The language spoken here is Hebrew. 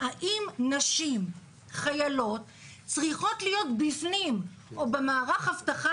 האם נשים חיילות צריכות רק בפנים או במערך האבטחה